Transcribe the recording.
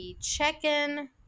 check-in